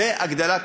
זו הגדלת